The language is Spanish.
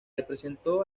representó